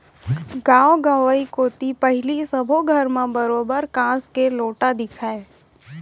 गॉंव गंवई कोती पहिली सबे घर म बरोबर कांस के लोटा दिखय